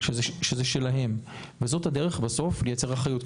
שזה שלהם, וזאת הדרך בסוף לייצר אחריות.